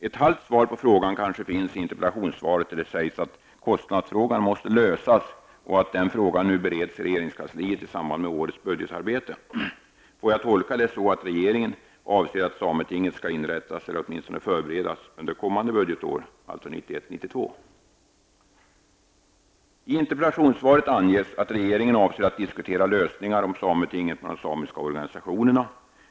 Ett halvt svar på frågan finns kanske i interpellationssvaret där det sägs att kostnadsfrågan måste lösas och att den frågan nu bereds i regeringskansliet i samband med årets budgetarbete. Får jag tolka detta som att regeringen avser att sametinget skall inrättas -- eller åtminstone förberedas -- under kommande budgetår, alltså 1991/92? I interpellationssvaret anges att regeringen avser att diskutera lösningar om sametinget med de samiska organisationerna.